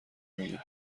میگی